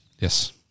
yes